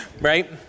right